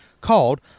called